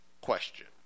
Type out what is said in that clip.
question